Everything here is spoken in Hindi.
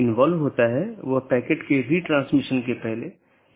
अन्यथा पैकेट अग्रेषण सही नहीं होगा